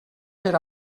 per